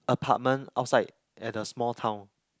apartment outside at the small town